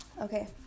Okay